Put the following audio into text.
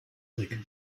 erik